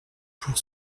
pour